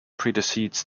preceded